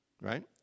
Right